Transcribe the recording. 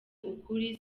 ukuri